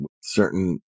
certain